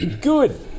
good